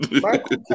Michael